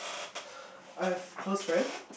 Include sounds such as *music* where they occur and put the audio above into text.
*breath* I have close friend